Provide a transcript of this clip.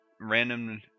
random